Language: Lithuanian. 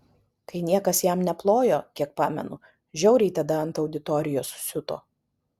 kai niekas jam neplojo kiek pamenu žiauriai tada ant auditorijos siuto